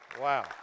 Wow